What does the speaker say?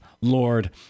Lord